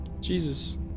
Jesus